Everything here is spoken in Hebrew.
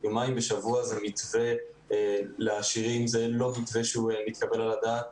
שיומיים בשבוע זה מתווה לעשירים וזה לא מתווה שמתקבל על הדעת